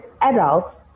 adults